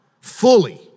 fully